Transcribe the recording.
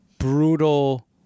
brutal